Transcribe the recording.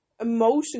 Emotion